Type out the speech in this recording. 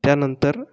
त्यानंतर